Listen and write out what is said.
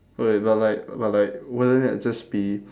wait but like but like wouldn't that just be